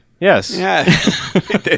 Yes